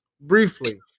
Briefly